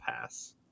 pass